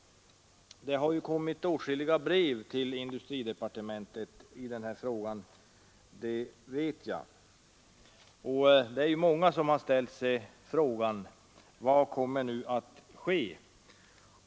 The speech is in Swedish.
Det har ju kommit åtskilliga brev till industridepartementet i den här frågan — det vet jag. Många ställer sig frågan: Vad kommer nu att ske?